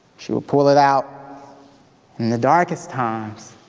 she would pull it out in the darkest times.